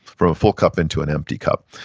from a full cup into an empty cup.